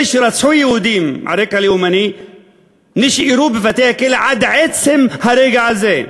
אלה שרצחו יהודים על רקע לאומני נשארו בבתי-הכלא עד עצם הרגע הזה.